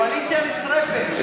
הקואליציה נשרפת.